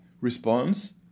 response